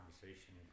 conversation